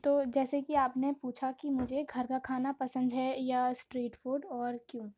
تو جیسے کہ آپ نے پوچھا کہ مجھے گھر کا کھانا پسند ہے یا اسٹریٹ فوڈ اور کیوں